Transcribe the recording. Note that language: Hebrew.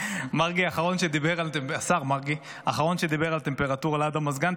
האחרון שדיבר על טמפרטורה ליד המזגן,